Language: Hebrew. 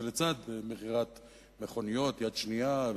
זה לצד מכירת מכוניות יד שנייה,